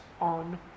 on